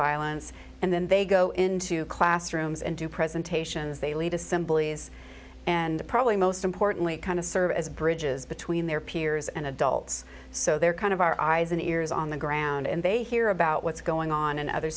violence and then they go into classrooms and do presentations they lead assemblies and probably most importantly kind of serve as bridges between their peers and adults so they're kind of our eyes and ears on the ground and they hear about what's going on in other